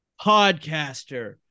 podcaster